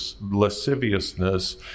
lasciviousness